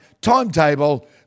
timetable